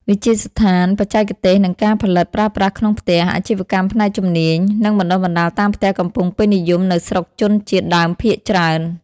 វិទ្យាស្ថានបច្ចេកទេសនិងការផលិតប្រើប្រាស់ក្នុងផ្ទះ អាជីវកម្មផ្នែកជំនាញ និងបណ្ដុះបណ្ដាលតាមផ្ទះកំពុងពេញនិយមនៅស្រុកជនជាតិដើមភាគច្រើន។